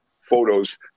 photos